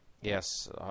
Yes